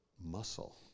muscle